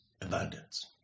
abundance